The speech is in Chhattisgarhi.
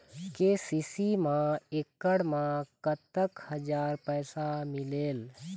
के.सी.सी मा एकड़ मा कतक हजार पैसा मिलेल?